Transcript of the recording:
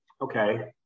Okay